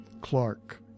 Clark